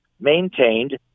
maintained